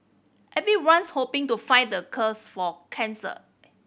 everyone's hoping to find the for cancer